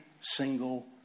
single